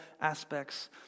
aspects